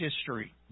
history